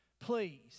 Please